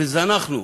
וזנחנו,